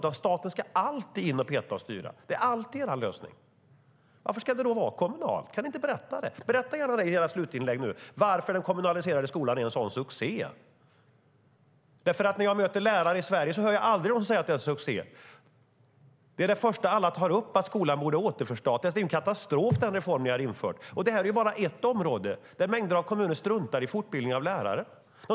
Då ska staten alltid in och peta och styra. Det är alltid er lösning. Varför ska den då vara kommunal? Kan ni inte berätta det? Berätta gärna i era slutinlägg varför den kommunaliserade skolan är en sådan succé. När jag möter lärare i Sverige hör jag aldrig dem säga att den är en succé. Det första som alla tar upp är att skolan borde återförstatligas. Den reform som ni har infört är en katastrof! Att mängder av kommuner struntar i fortbildning av lärare är bara ett område.